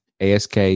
ask